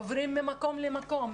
עוברים ממקום למקום,